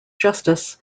justice